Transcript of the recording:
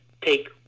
take